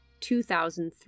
2003